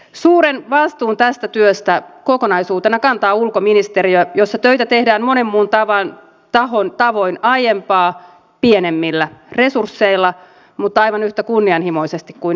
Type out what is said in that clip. suuren vastuun tästä työstä kokonaisuutena kantaa ulkoministeriö jossa töitä tehdään monen muun tahon tavoin aiempaa pienemmillä resursseilla mutta aivan yhtä kunnianhimoisesti kuin ennenkin